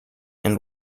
and